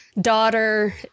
daughter